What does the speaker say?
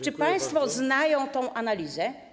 Czy państwo znają tę analizę?